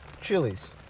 chilies